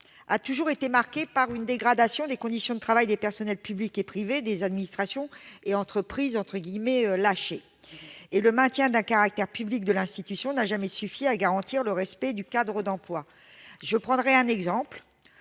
a toujours été marqué par une dégradation des conditions de travail des personnels publics et privés des administrations et entreprises « lâchées ». De plus, le maintien du caractère public de l'institution n'a jamais suffi à garantir le respect du cadre d'emploi. Je prendrai l'exemple